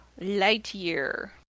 Lightyear